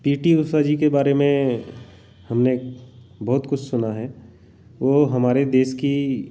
P T Usha ji के बारे में हमने बहुत कुछ सुना है वह हमारे देश की